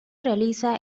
realiza